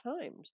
times